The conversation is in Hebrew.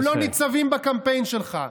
הם לא ניצבים בקמפיין שלך.